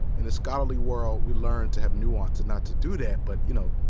in the scholarly world, we learn to have nuance and not to do that, but, you know,